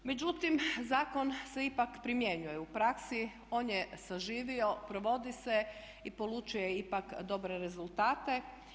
Međutim, zakon se ipak primjenjuje u praksi, on je saživio, provodi se i polučio je ipak dobre rezultate.